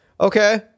Okay